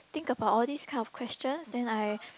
think about all these kind of question then I